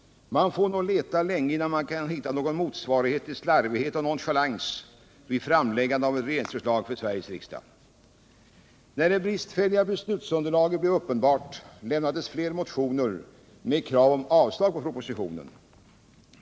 Man får nog leta länge innan man kan hitta någon motsvarighet till slarvighet och nonchalans vid framläggandet av ett regeringsförslag för Sveriges riksdag. När det bristfälliga beslutsunderlaget blev uppenbart lämnades fler motioner med krav om avslag på propositionen.